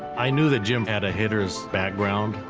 i knew that jim had a hitter's background.